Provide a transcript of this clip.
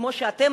כמו שאתם,